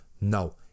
no